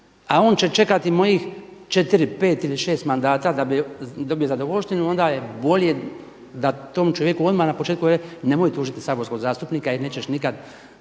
a on će čekati mojih četiri, pet ili šest mandata da bi dobio zadovoljštinu onda je bolje da tom čovjeku odmah na početku kažemo nemoj tužiti saborskog zastupnika jer nećeš nikad